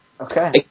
Okay